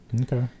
Okay